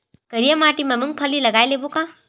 करिया माटी मा मूंग फल्ली लगय लेबों का?